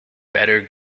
better